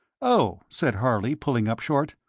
oh, said harley, pulling up short,